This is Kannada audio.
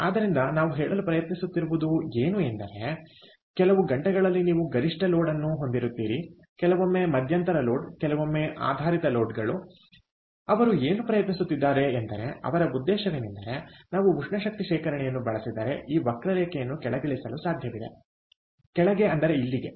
ಆದ್ದರಿಂದ ನಾವು ಹೇಳಲು ಪ್ರಯತ್ನಿಸುತ್ತಿರುವುದು ಏನು ಎಂದರೆ ಕೆಲವು ಗಂಟೆಗಳಲ್ಲಿ ನೀವು ಗರಿಷ್ಠ ಲೋಡ್ ಅನ್ನು ಹೊಂದಿರುತ್ತೀರಿ ಕೆಲವೊಮ್ಮೆ ಮಧ್ಯಂತರ ಲೋಡ್ ಕೆಲವೊಮ್ಮೆ ಆಧಾರಿತ ಲೋಡ್ಗಳು ಅವರು ಏನು ಪ್ರಯತ್ನಿಸುತ್ತಿದ್ದಾರೆ ಎಂದರೆ ಅವರ ಉದ್ದೇಶವೇನೆಂದರೆ ನಾವು ಉಷ್ಣ ಶಕ್ತಿ ಶೇಖರಣೆಯನ್ನು ಬಳಸಿದರೆ ಈ ವಕ್ರರೇಖೆಯನ್ನು ಕೆಳಗಿಳಿಸಲು ಸಾಧ್ಯವಿದೆ ಕೆಳಗೆ ಅಂದರೆ ಇಲ್ಲಿಗೆ